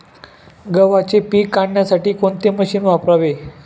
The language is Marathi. गव्हाचे पीक काढण्यासाठी कोणते मशीन वापरावे?